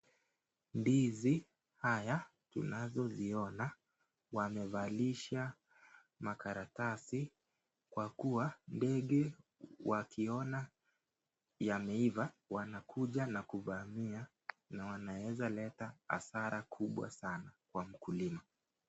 Ndizi haya unazo ziona wamevalisha makaratasi, kwa kuwa ndege wakiona wameiva wanakuja na kuvamia na wanaweza leta hasara kubwa sana kwa mkulima.